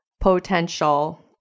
potential